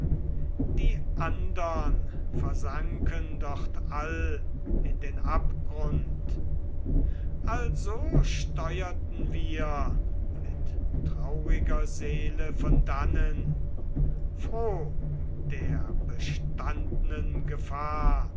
die andern versanken dort all in den abgrund also steuerten wir mit trauriger seele von dannen froh der bestandnen gefahr